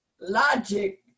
logic